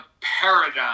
paradigm